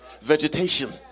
vegetation